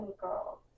girls